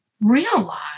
realize